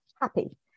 happy